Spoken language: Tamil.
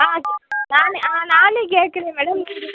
ஆ நானே ஆ நானே கேட்குறேன் மேடம் நீங்கள்